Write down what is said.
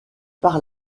par